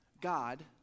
God